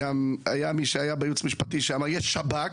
והיה מי שהיה בייעוץ המשפטי שאמר שיש שב"כ